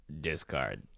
Discard